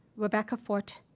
rebecca forte,